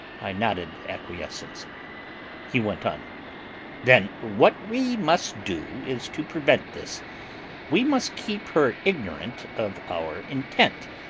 i nodded acquiescence he went on then, what we must do is to prevent this we must keep her ignorant of our intent,